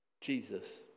Jesus